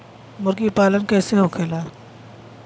मुर्गी पालन कैसे होखेला?